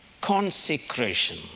consecration